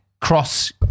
cross